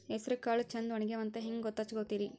ಹೆಸರಕಾಳು ಛಂದ ಒಣಗ್ಯಾವಂತ ಹಂಗ ಗೂತ್ತ ಹಚಗೊತಿರಿ?